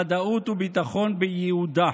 ודאות וביטחון בייעודה.